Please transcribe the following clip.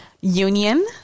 union